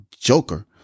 joker